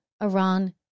Iran